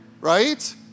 Right